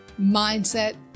Mindset